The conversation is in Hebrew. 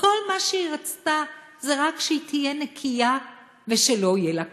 שכל מה שהיא רצתה זה רק שהיא תהיה נקייה ושלא יהיה לה קר.